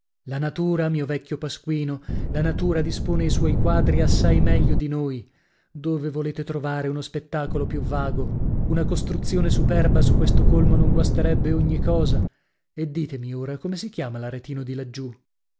la natura mio vecchio pasquino la natura dispone i suoi quadri assai meglio di noi dove volete trovare uno spettacolo più vago una costruzione superba su questo colmo non guasterebbe ogni cosa e ditemi ora come si chiama l'aretino di laggiù